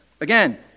Again